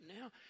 now